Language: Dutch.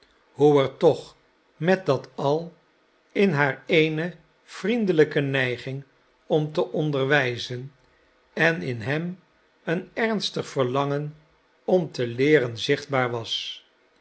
hoe er toch met dat al in haar eene vriendelijke neiging om te onderwijzen en in hem een ernstig verlangen om te leeren zichtbaar was